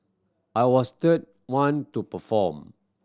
I was third one to perform